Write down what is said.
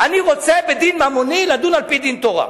אני רוצה בדין ממוני לדון על-פי דין תורה.